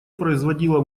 производило